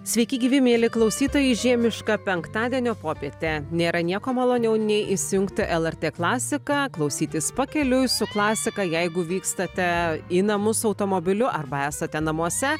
sveiki gyvi mieli klausytojai žiemišką penktadienio popietę nėra nieko maloniau nei įsijungti lrt klasiką klausytis pakeliui su klasika jeigu vykstate į namus automobiliu arba esate namuose